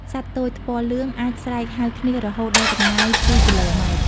សត្វទោចថ្ពាល់លឿងអាចស្រែកហៅគ្នារហូតដល់ចម្ងាយពីរគីឡូម៉ែត្រ។